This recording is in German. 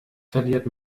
verliert